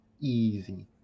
Easy